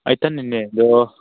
ꯑꯗꯣ